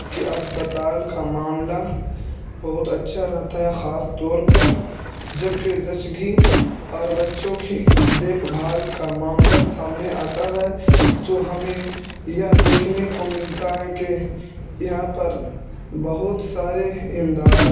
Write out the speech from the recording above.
كے اسپتال كا معاملہ بہت اچّھا رہتا ہے خاص طور پر جب كہ زچگی اور بچّوں كی دیكھ بھال كا معاملہ سامنے آتا ہے تو ہمیں یہ دیکھنے کو ملتا ہے کہ یہاں پر بہت سارے امداد